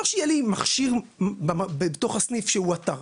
לא שיהיה לי מכשיר בתוך הסניף שהוא אתר.